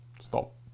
Stop